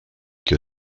que